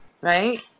right